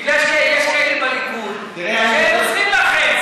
בגלל שיש כאלה בליכוד שעוזרים לכם,